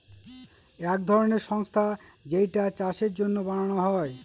এক ধরনের সংস্থা যেইটা চাষের জন্য বানানো হয়